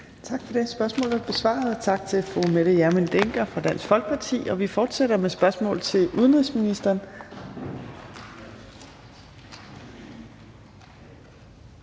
Tak for det. Spørgsmålet er besvaret, og tak til fru Mette Hjermind Dencker fra Dansk Folkeparti. Vi fortsætter med spørgsmål til udenrigsministeren,